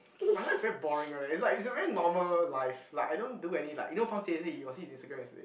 my life is very boring one leh it's like it's a very normal life like I don't do any like you know you got see his Instagram yesterday